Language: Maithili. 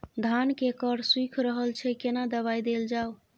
धान के कॉर सुइख रहल छैय केना दवाई देल जाऊ?